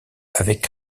avec